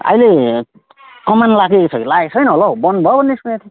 अहिले कमान लागेको छ कि लागेको छैन होला हौ बन्द भयो भन्ने सुनेको थिएँ